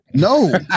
no